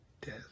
death